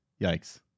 Yikes